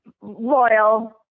loyal